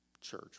church